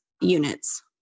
units